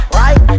right